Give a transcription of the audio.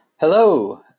Hello